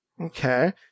Okay